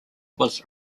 was